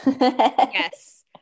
Yes